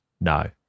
No